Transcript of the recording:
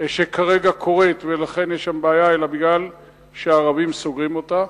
שכרגע קורית ולכן יש שם בעיה אלא כי ערבים סוגרים אותם.